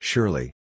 Surely